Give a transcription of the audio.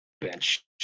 bench